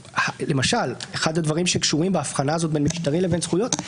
שלמשל אחד הדברים שקשורים בהבחנה הזאת בין משטרי לבין זכויות זה